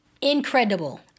incredible